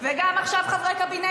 שיצא זכאי,